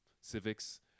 civics